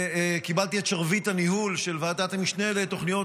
קיבלתי את שרביט הניהול של ועדת המשנה לתוכניות